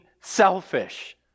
selfish